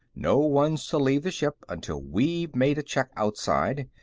no one's to leave the ship until we've made a check outside,